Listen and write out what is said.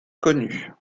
connus